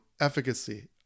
efficacy